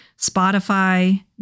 Spotify